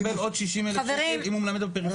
הוא מקבל עוד 60,000 ש"ח אם הוא מלמד בפריפריה?